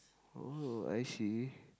oh I see